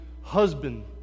husband